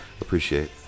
appreciate